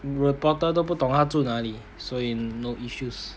reporter 都不懂他住哪里所以 no issues